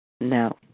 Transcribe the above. No